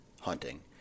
hunting